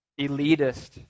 elitist